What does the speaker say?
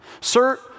Sir